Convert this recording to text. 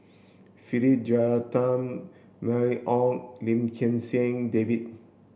Philip Jeyaretnam Mylene Ong Lim Kim San David